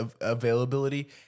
availability